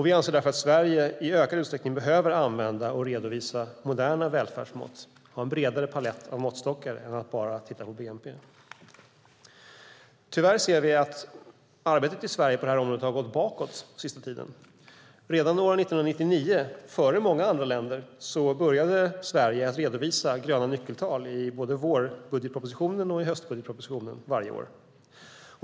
Vi anser därför att Sverige i ökad utsträckning behöver använda och redovisa moderna välfärdsmått. Vi behöver ha en bredare palett av måttstockar än att bara titta på bnp. Tyvärr ser vi att arbetet i Sverige på detta område har gått bakåt på den senaste tiden. Redan år 1999, före många andra länder, började Sverige redovisa gröna nyckeltal i både vår och höstbudgetproposition varje år.